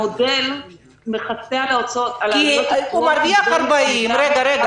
המודל מכסה על העלויות הקבועות --- זו בדיוק השאלה.